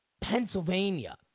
Pennsylvania